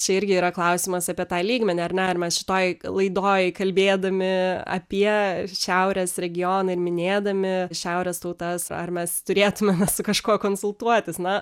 čia irgi yra klausimas apie tą lygmenį ar ne ar mes šitoj laidoj kalbėdami apie šiaurės regioną ir minėdami šiaurės tautas ar mes turėtumėm su kažkuo konsultuotis na